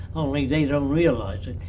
only they don't realize it.